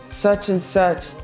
such-and-such